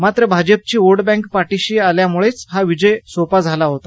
मात्र भाजपची वोटबँक पाठिशी आल्यामुळेच हा विजय सोपा झाला होता